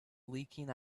leaking